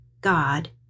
god